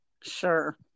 Sure